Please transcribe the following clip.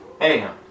Anyhow